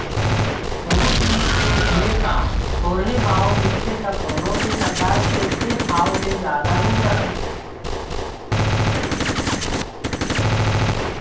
कोनों चीज के ढेरे काम, थोरहें भाव मिलथे त कोनो के सरकार के के भाव ले जादा मिल जाथे